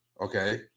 okay